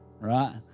right